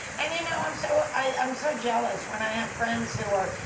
and you know i'm so i'm so jealous when i have friends who are